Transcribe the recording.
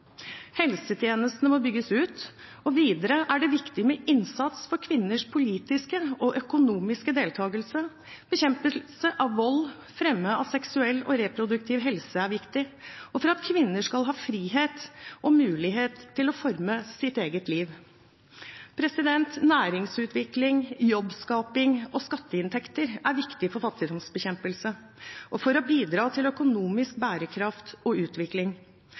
Helsetjenestene må bygges ut. Videre er det viktig med innsats for kvinners politiske og økonomiske deltakelse, bekjempelse av vold og fremming av seksuell og reproduktiv helse, for at kvinner skal ha frihet og mulighet til å forme sitt eget liv. Næringsutvikling, jobbskaping og skatteinntekter er viktig for fattigdomsbekjempelse og for å bidra til økonomisk bærekraft og utvikling.